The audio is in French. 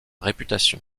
réputation